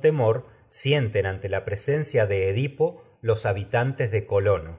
temor sienten ante ras el mismo la presencia de edipo los habitantes de colono